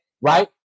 right